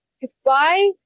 goodbye